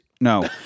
No